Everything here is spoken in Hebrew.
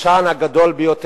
נו,